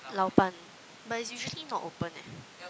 Lao-Ban but it's usually not open eh